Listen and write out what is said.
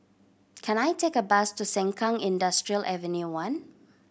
can I take a bus to Sengkang Industrial Avenue One